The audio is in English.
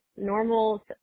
normal